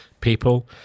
people